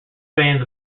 fans